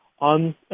on